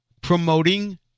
promoting